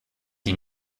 die